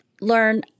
learn